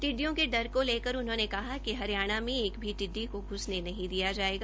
टिड़डियों को लेकर उन्होंने कहा कि हरियाणा मे एक भी टिड्डी को घुसने नहीं दिया जायेगा